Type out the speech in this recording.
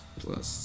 plus